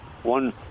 One